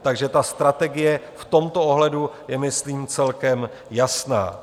Takže ta strategie v tomto ohledu je myslím celkem jasná.